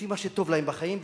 לפי מה שטוב להם בחיים,